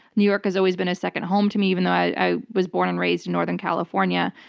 new york has always been a second home to me, even though i was born and raised in northern california.